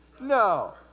No